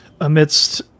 amidst